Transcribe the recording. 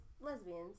lesbians